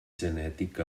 genètic